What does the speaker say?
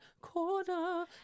Corner